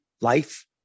life